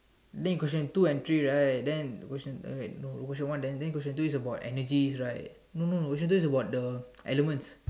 then in question two and three right then question uh wait no question one then then question two is about energy right no no no question two is about the elements